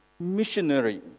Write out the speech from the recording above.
Missionary